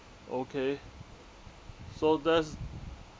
okay so that's